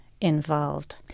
involved